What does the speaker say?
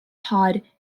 pod